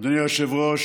אדוני היושב-ראש,